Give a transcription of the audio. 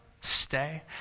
stay